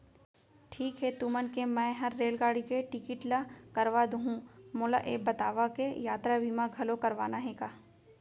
ठीक हे तुमन के मैं हर रेलगाड़ी के टिकिट ल करवा दुहूँ, मोला ये बतावा के यातरा बीमा घलौ करवाना हे का?